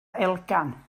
elgan